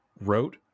Wrote